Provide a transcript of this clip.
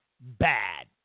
bad